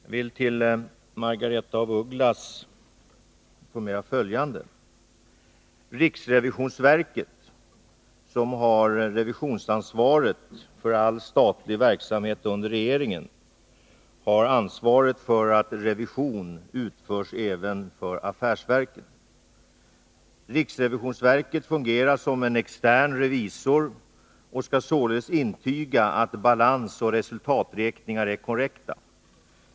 Herr talman! Till Margaretha af Ugglas vill jag säga följande. Riksrevisionsverket, som har revisionsansvaret för all statlig verksamhet under regeringen, svarar för att revision utförs även för affärsverken. Riksrevisionsverket fungerar som en extern revisor och skall sålunda intyga att balansoch resultaträkningar är korrekta.